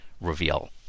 reveal